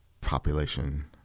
population